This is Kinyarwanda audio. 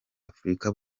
afurika